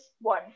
One